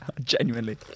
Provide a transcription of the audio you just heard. Genuinely